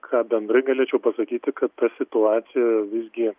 ką bendrai galėčiau pasakyti kad ta situacija visgi